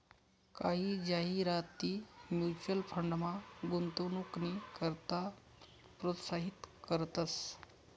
कायी जाहिराती म्युच्युअल फंडमा गुंतवणूकनी करता प्रोत्साहित करतंस